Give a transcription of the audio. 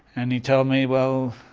and he told me well,